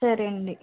సరే అండీ